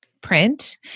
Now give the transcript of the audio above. print